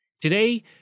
Today